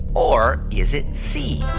or is it c,